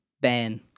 Ben